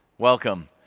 Welcome